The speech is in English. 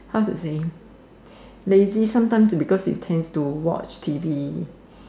how to say lazy sometimes because you tends to watch T_V